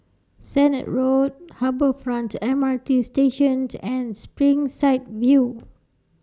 Sennett Road Harbour Front M R T Station and Springside View